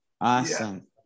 Awesome